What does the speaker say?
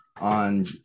on